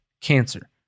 cancer